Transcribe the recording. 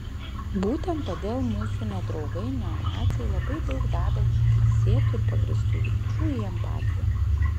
būtent todėl mūsų nedraugai neonaciai labai daug deda teisėtų ir pagrįstų vilčių į empatiją